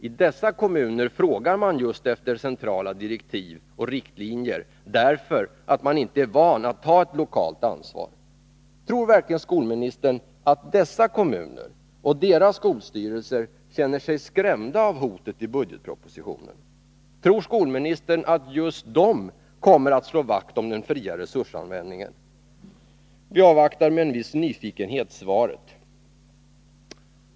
I dessa kommuner frågar man just efter centrala direktiv och riktlinjer, därför att man inte är van att ta ett lokalt ansvar. Tror verkligen skolministern att dessa kommuner och deras skolstyrelser känner sig skrämda av hotet i budgetpropositionen? Tror skolministern att just de kommer att slå vakt om den fria resursanvändningen? Vi avvaktar med viss nyfikenhet svaret.